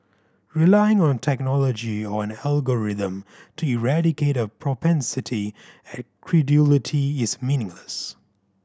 relying on technology or an algorithm to eradicate a propensity at credulity is meaningless